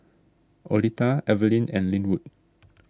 Oleta Evelyne and Lynwood